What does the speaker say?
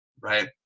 right